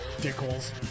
Dickholes